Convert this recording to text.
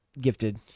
gifted